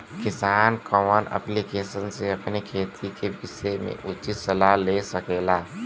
किसान कवन ऐप्लिकेशन से अपने खेती के विषय मे उचित सलाह ले सकेला?